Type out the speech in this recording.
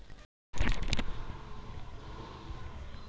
मला सामाजिक योजनेतून शिष्यवृत्ती मिळू शकेल का?